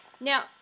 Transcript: Now